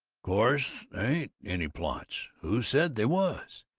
course th' ain't any plots. who said they was?